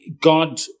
God